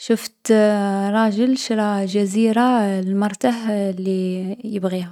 شفت راجل شرا جزيرة لمرته لي يـ يبغيها.